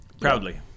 Proudly